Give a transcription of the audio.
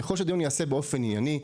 ככל שהדיון ייעשה באופן ענייני,